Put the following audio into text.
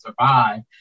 survive